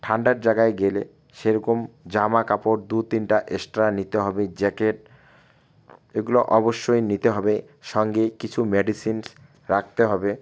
ঠান্ডার জায়গায় গেলে সেরকম জামা কাপড় দু তিনটা এক্সট্রা নিতে হবে জ্যাকেট এগুলো অবশ্যই নিতে হবে সঙ্গে কিছু মেডিসিনস রাখতে হবে